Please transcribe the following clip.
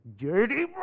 dirty